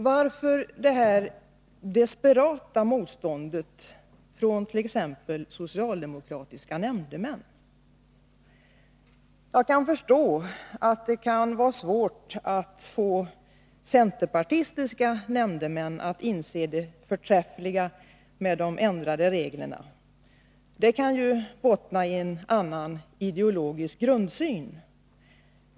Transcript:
Varför finns detta desperata motstånd hos t.ex. socialdemokratiska nämndemän? Jag kan förstå att det kan vara svårt att få centerpartistiska nämndemän att inse det förträffliga med de ändrade reglerna. Det kan ju bottna i att de har en annan ideologisk grundsyn.